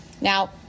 Now